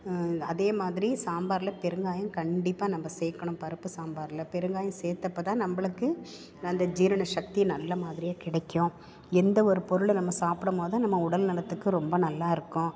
அதே மாதிரி சாம்பாரில் பெருங்காயம் கண்டிப்பாக நம்ம சேர்க்கணும் பருப்பு சாம்பாரில் பெருங்காயம் சேர்த்தப்ப தான் நம்மளுக்கு அந்த ஜீரண சக்தி நல்ல மாதிரியாக கிடைக்கும் எந்த ஒரு பொருளை நம்ம சாப்பிடும் போதும் நம்ம உடல்நலத்துக்கு ரொம்ப நல்லாயிருக்கும்